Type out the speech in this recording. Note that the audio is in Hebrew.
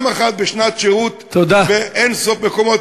גם בשנת שירות באין-סוף מקומות,